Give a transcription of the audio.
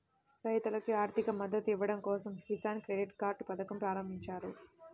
రైతులకు ఆర్థిక మద్దతు ఇవ్వడం కోసం కిసాన్ క్రెడిట్ కార్డ్ పథకం ప్రారంభించారు